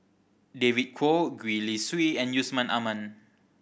David Kwo Gwee Li Sui and Yusman Aman